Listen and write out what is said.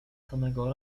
samego